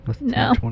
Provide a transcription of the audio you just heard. No